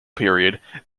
period